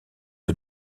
peu